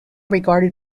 regarded